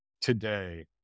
today